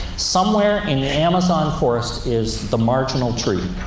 somewhere in the amazon forest is the marginal tree.